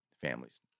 families